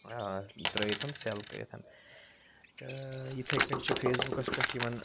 ترٛٲیِتھ سیل کٔرِتھ تہٕ یِتھَے کٔنۍ چھِ فیس بُکَس پٮ۪ٹھ یِوان